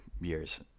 years